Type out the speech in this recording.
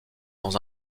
dans